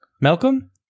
Malcolm